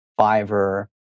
Fiverr